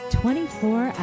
24